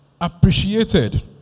appreciated